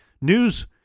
news